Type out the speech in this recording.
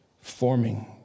forming